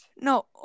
no